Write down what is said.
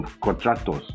contractors